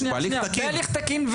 בהליך תקין.